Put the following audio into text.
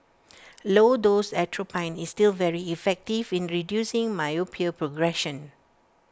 low dose atropine is still very effective in reducing myopia progression